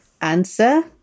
Answer